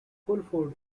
fulford